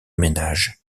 ménage